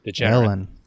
Ellen